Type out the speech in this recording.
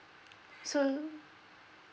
so no~